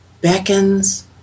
beckons